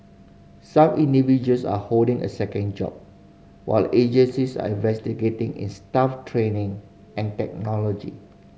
some individuals are holding a second job while agencies are investing in staff training and technology